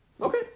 Okay